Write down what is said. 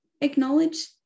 acknowledge